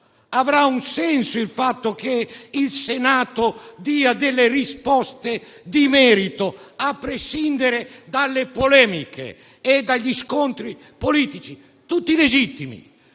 avrà un senso il fatto che il Senato dia delle risposte di merito, a prescindere dalle polemiche e dagli scontri politici, tutti legittimi.